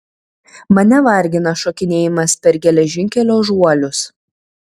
mane vargina šokinėjimas per geležinkelio žuolius